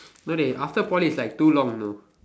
no dey after Poly it's like too long you know